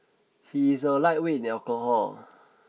he is a lightweight in alcohol